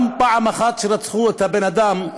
פעם אחת שרצחו את הבן-אדם,